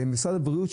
לבין משרד הבריאות,